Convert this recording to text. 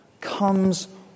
comes